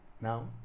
Now